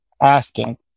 asking